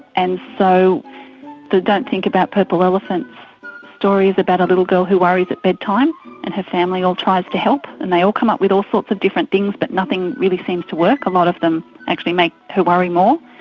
and so the don't think about purple elephants story is about a little girl who worries at bed time and her family all tries to help and they all come up with all sorts of different things, but nothing really seems to work, a lot of them actually make her worry more.